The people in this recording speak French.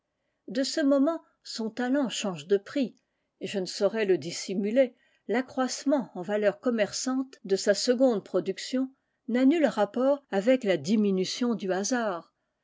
de ce moment son talent change de prix et je ne saurais le dissimuler l'accroissement en valeur commerçante de sa seconde production n'a nul rapport avec la diminution du hasard